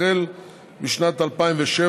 החל משנת 2007,